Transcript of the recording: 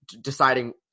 deciding